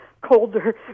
colder